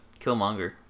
Killmonger